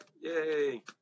Yay